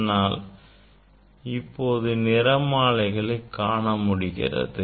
என்னால் இப்போது நிறமாலைகளை காணமுடிகிறது